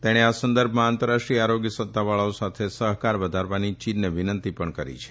તેણે આ સંદર્ભમાં આંતરરાષ્ટ્રીય આરોગ્ય સત્તાવાળાઓ સાથે સહકાર વધારવાની ચીનને વિનંતી પણ કરી છે